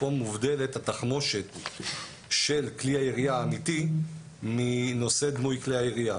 פה מובדלת התחמושת של כלי הירייה האמיתי מנושא דמוי כלי הירייה.